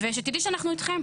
ותדעי שאנחנו אתכם,